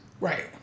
right